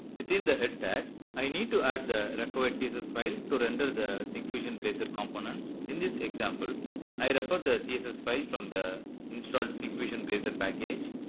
within the head tag i need to add the required css file to render the syncfusion blazor components. in this example i refer the css file from the installed syncfusion blazor package.